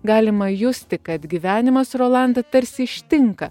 galima justi kad gyvenimas rolandą tarsi ištinka